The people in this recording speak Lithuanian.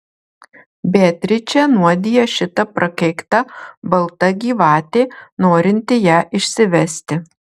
beatričę nuodija šita prakeikta balta gyvatė norinti ją išsivesti